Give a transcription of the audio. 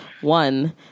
one